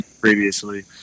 previously